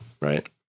Right